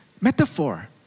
metaphor